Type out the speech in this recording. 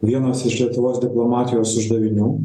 vienas iš lietuvos diplomatijos uždavinių